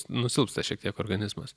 nusilpsta šiek tiek organizmas